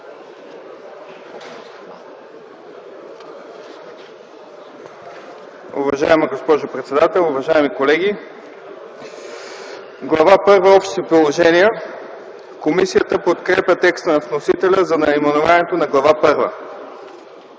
Уважаема госпожо председател, уважаеми колеги! Глава първа – „Общи положения”. Комисията подкрепя текста на вносителя за наименованието на Глава